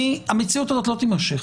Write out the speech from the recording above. המציאות הזאת לא תימשך.